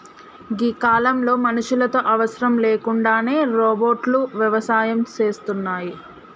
గీ కాలంలో మనుషులతో అవసరం లేకుండానే రోబోట్లు వ్యవసాయం సేస్తున్నాయి